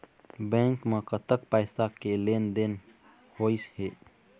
Bank म कतक पैसा के लेन देन होइस हे?